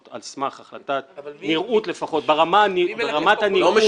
על סמך החלטת --- אבל מי מלקט פה קולות?